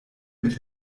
mit